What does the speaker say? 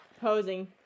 posing